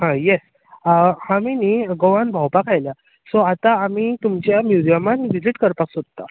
आं येस आमी न्ही गोवान भोंवपाक आयल्यात सो आतां आमी तुमच्या म्युजियमान विजीट करपाक सोदता